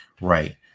Right